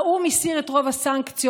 האו"ם הסיר את רוב הסנקציות.